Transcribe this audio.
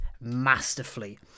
masterfully